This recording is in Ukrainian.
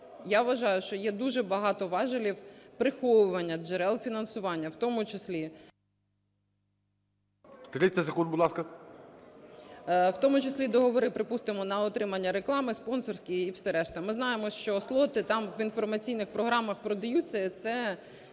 я вважаю, що є дуже багато важелів приховування джерел фінансування, в тому числі… ГОЛОВУЮЧИЙ. 30 секунд, будь ласка. ФЕЩУК У.Ю. В тому числі договори, припустимо, на отримання реклами, спонсорські і все решта. Ми знаємо, що слоти там в інформаційних програмах продаються, і так